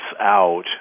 out